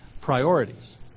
priorities